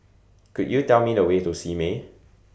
Could YOU Tell Me The Way to Simei